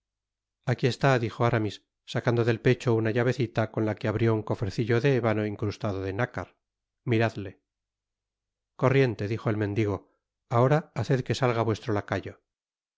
aqui está dijo aramis sacando del pecho una llavecita con ta que abrió un cofrecillo de ébano incrustado de nácar miradte corriente dijo el mendigo ahora haced que salga vuestro lacayo